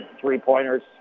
three-pointers